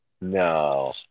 No